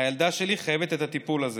הילדה שלי חייבת את הטיפול הזה,